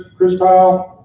cristile, um